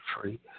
free